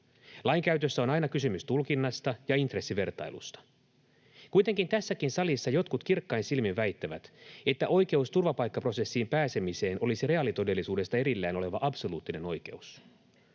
Lain käytössä on aina kysymys tulkinnasta ja intressivertailusta. Kuitenkin tässäkin salissa jotkut kirkkain silmin väittävät, että oikeus turvapaikkaprosessiin pääsemiseen olisi reaalitodellisuudesta erillään oleva absoluuttinen oikeus.